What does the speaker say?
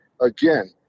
Again